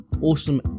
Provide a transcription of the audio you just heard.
Awesome